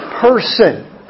person